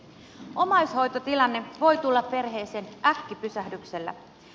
omaishoitotilanne voi tulla perheeseen äkkipysähdyksellä